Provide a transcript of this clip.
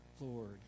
Lord